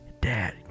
dad